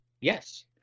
Yes